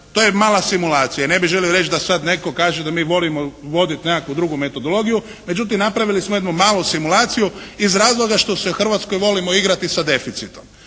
to je mala simulacija i ne bih želio reći da sad netko kaže da mi volimo voditi nekakvu drugu metodologiju međutim napravili smo jednu malu simulaciju iz razloga što se u Hrvatskoj volimo igrati sa deficitom.